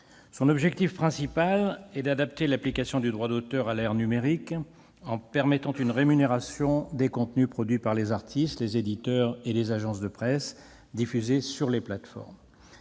Son objectif principal est d'adapter l'application du droit d'auteur à l'ère numérique, en permettant une rémunération des contenus produits par les artistes, les éditeurs et les agences de presse, diffusés sur les plateformes.